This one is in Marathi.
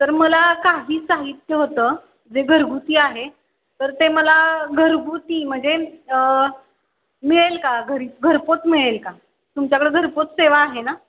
तर मला काही साहित्य होतं जे घरगुती आहे तर ते मला घरगुती म्हणजे मिळेल का घरी घरपोहोच मिळेल का तुमच्याकडं घरपोहोच सेवा आहे ना